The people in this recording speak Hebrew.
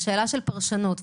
זו שאלה של פרשנות.